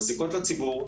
מזיקות לציבור,